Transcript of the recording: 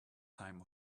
time